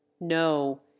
No